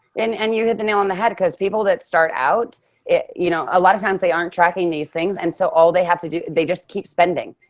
and and you hit the nail on the head cause people that start out a you know ah lot of times they aren't tracking these things. and so all they have to do, they just keep spending.